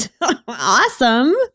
awesome